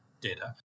data